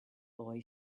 boy